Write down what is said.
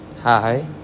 hi